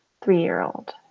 three-year-old